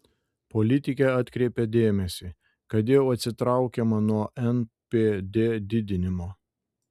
politikė atkreipė dėmesį kad jau atsitraukiama nuo npd didinimo